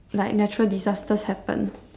like natural disasters happen